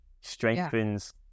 strengthens